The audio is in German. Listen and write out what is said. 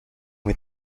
mit